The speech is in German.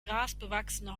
grasbewachsene